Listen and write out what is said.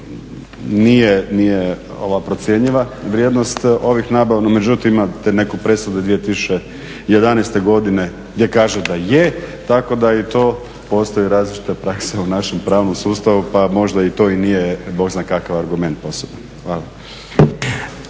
nije ova procjenjiva vrijednost ovih nabava. Međutim imate neku presudu 2011.godine gdje kaže da je, tako da i tu postoji različita praksa u našem pravnom sustavu pa možda to i nije Bog zna kakav argument posebno. Hvala.